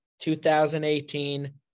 2018